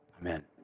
Amen